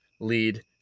lead